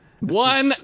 One